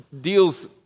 deals